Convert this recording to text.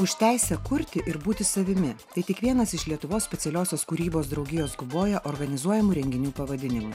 už teisę kurti ir būti savimi tai tik vienas iš lietuvos specialiosios kūrybos draugijos guboja organizuojamų renginių pavadinimų